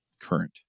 current